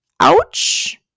ouch